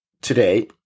today